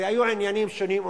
והיו עניינים שונים ומשונים.